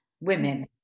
women